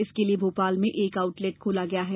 इसके लिये भोपाल में एक आउटलेट खोला गया है